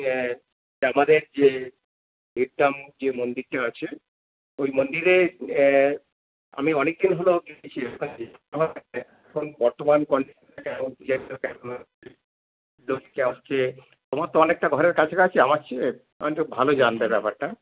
আমাদের যে হীরদাম যে মন্দিরটা আছে ওই মন্দিরে আমি অনেক দিন হলোও গেছি বর্তমান আমি তো অনেকটা ঘরের কাছোকাছে আমার আছে অটা ভালো জানবে ব্যাপারটা